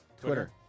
Twitter